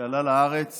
שעלה לארץ